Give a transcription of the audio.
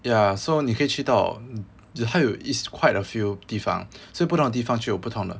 ya so 你可以去到他有 it's quite a few 地方 so 有不同的地方就有不同的